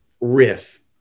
riff